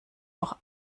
auch